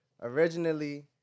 originally